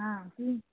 हा तीन